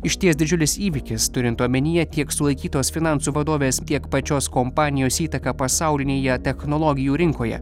išties didžiulis įvykis turint omenyje tiek sulaikytos finansų vadovės tiek pačios kompanijos įtaką pasaulinėje technologijų rinkoje